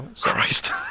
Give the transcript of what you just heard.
Christ